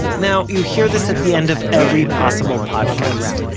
now, you hear this at the end of every possible podcast,